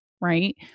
right